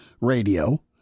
radio